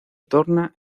torna